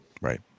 Right